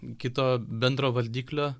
kito bendro vardiklio